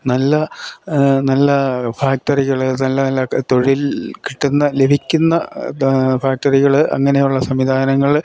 നല്ല നല്ല ഫാക്ടറികൾ നല്ല നല്ല തൊഴിൽ കിട്ടുന്ന ലഭിക്കുന്ന ഫാക്ടറികൾ അങ്ങനെയുള്ള സംവിധാനങ്ങൾ